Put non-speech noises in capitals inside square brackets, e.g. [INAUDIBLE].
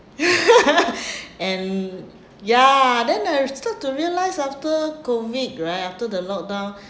[LAUGHS] [BREATH] and ya then I start to realise after COVID right after the lock down